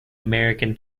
american